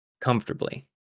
comfortably